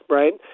right